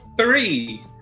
three